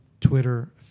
Twitter